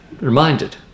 reminded